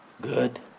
good